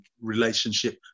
relationship